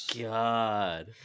god